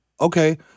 Okay